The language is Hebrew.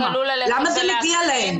למה זה מגיע להן?